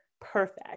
perfect